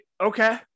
okay